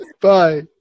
Bye